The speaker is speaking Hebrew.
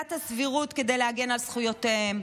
בעילת הסבירות כדי להגן על זכויותיהם.